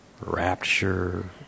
rapture